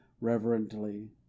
reverently